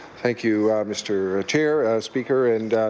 thank you mr. ah chair, speaker, and